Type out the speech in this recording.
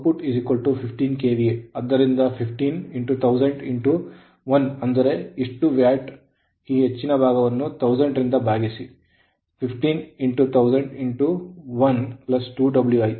ಆದ್ದರಿಂದ 151000 1 ಅಂದರೆ ಇಷ್ಟು ವ್ಯಾಟ್ ಈ ಹೆಚ್ಚಿನ ಭಾಗವನ್ನು 1000 ರಿಂದ ಭಾಗಿಸಿ 151000 1 2 Wi 0